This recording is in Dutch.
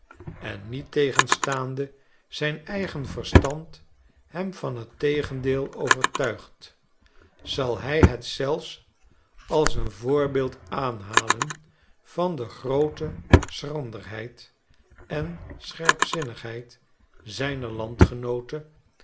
en niettegenstaande zijn eigen verstand hem van t tegendeel overtuigd zal hij het zelfs als een voorbeeld aanhalen van de groote schranderheid en scherpzinnigheid zijner landgenooten